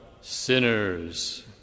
sinners